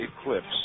eclipse